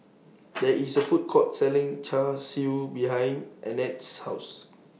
There IS A Food Court Selling Char Siu behind Arnett's House